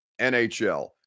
NHL